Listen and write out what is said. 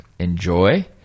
enjoy